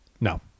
No